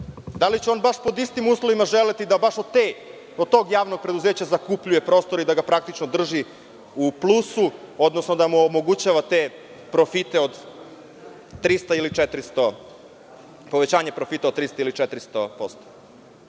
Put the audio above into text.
da li će on baš pod istim uslovima želeti da baš od tog javnog preduzeća zakupljuje prostor i da ga praktično drži u plusu, odnosno da mu omogućavate povećanje profita od 300 ili 400%?